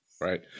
Right